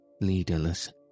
leaderless